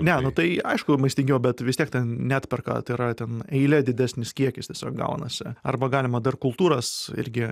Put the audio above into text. ne nu tai aišku maistingiau bet vis tiek ten neatperka tai yra ten eilė didesnis kiekis tiesiog gaunasi arba galima dar kultūras irgi